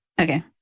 Okay